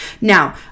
now